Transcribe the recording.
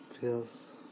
feels